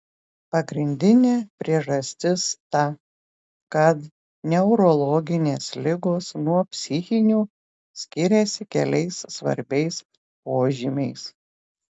pagrindinė priežastis ta kad neurologinės ligos nuo psichinių skiriasi keliais svarbiais požymiais